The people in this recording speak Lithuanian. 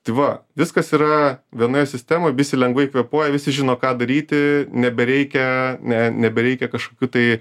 tai va viskas yra vienoje sistemoj visi lengvai kvėpuoja visi žino ką daryti nebereikia ne nebereikia kažkokių tai